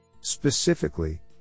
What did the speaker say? Specifically